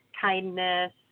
kindness